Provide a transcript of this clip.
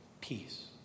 peace